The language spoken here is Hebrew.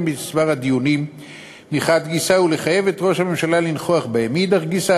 את מספר הדיונים מחד גיסא ולחייב את ראש הממשלה לנכוח בהם מאידך גיסא.